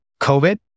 COVID